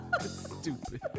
stupid